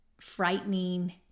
frightening